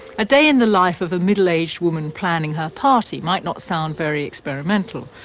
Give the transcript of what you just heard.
a day in the life of a middle-aged woman planning her party might not sound very experimental.